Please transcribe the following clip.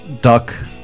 duck